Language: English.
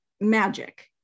magic